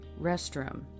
restroom